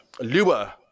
lure